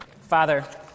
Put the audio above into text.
Father